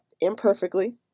imperfectly